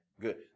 good